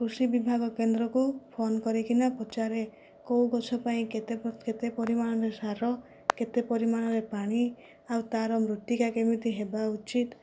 କୃଷି ବିଭାଗ କେନ୍ଦ୍ରକୁ ଫୋନ୍ କରିକିନା ପଚାରେ କେଉଁ ଗଛ ପାଇଁ କେତେ କେତେ ପରିମାଣରେ ସାର କେତେ ପରିମାଣରେ ପାଣି ଆଉ ତାର ମୃତ୍ତିକା କେମିତି ହେବା ଉଚିତ